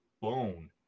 bone